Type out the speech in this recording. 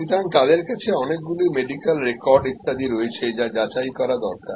সুতরাং তাদের কাছে অনেকগুলি মেডিকেল রেকর্ড ইত্যাদি রয়েছে যা যাচাই করা দরকার